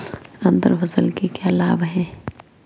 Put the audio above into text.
अंतर फसल के क्या लाभ हैं?